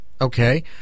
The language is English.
Okay